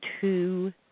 Two